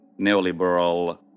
neoliberal